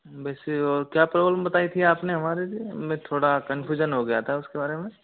वैसी और क्या प्रॉब्लम बताई थी आपने हमारे लिए मैं थोड़ा कन्फ्यूजन हो गया था उसके बारे में